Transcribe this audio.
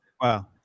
Wow